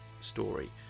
story